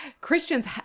Christians